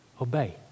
obey